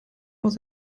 aus